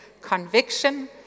Conviction